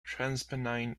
transpennine